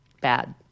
Bad